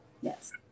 Yes